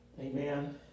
Amen